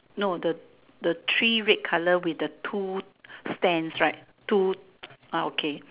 no the the three red colour with the two stands right two ah okay